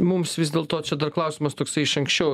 mums vis dėl to čia dar klausimas toksai iš anksčiau